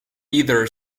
either